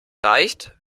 reicht